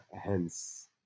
hence